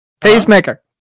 Peacemaker